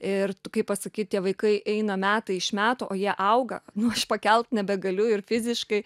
ir kaip pasakyt tie vaikai eina metai iš metų o jie auga nu aš pakelt nebegaliu ir fiziškai